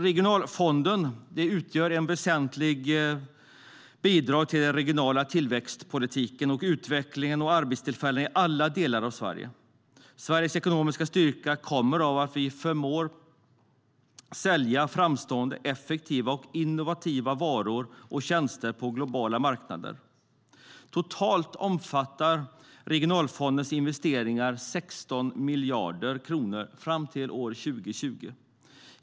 Regionalfonden utgör ett väsentligt bidrag till den regionala tillväxtpolitiken och till utvecklingen samt till att skapa arbetstillfällen i alla delar av Sverige. Sveriges ekonomiska styrka kommer av att vi förmår att sälja framstående, effektiva och innovativa varor och tjänster på globala marknader. Totalt omfattar Regionalfondens investeringar 16 miljarder kronor fram till 2020.